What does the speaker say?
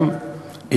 ב.